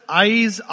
eyes